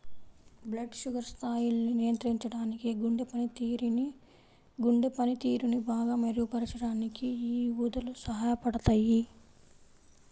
blood sugar స్థాయిల్ని నియంత్రించడానికి, గుండె పనితీరుని బాగా మెరుగుపరచడానికి యీ ఊదలు సహాయపడతయ్యి